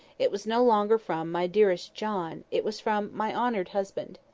it was no longer from, my dearest john it was from my honoured husband.